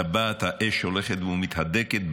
טבעת האש הולכת ומתהדקת.